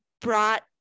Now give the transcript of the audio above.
brought